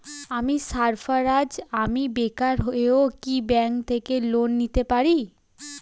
আমি সার্ফারাজ, আমি বেকার হয়েও কি ব্যঙ্ক থেকে লোন নিতে পারি?